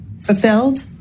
Fulfilled